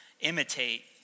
imitate